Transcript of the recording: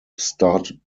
started